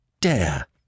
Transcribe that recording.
dare